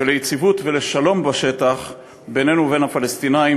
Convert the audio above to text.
ליציבות ולשלום בשטח בינינו ובין הפלסטינים,